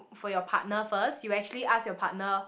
for your partner first you'll actually ask your partner